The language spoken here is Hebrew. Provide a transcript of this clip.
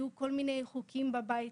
היו כל מיני חוקים בבית.